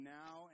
now